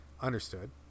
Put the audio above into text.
understood